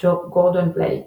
גורדון בלייק